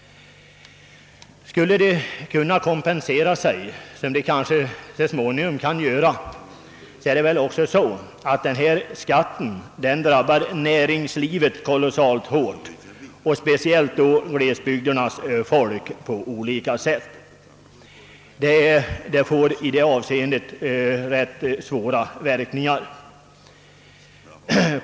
Skulle de kunna kompensera sig — något som de kanske kan göra så småningom — kommer denna skatt att drabba näringslivet mycket hårt, speciellt då glesbygdernas folk. I detta avseende får skattehöjningen svåra verkningar.